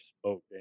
spoke